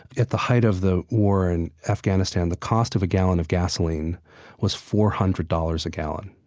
at the height of the war in afghanistan the cost of a gallon of gasoline was four hundred dollars a gallon.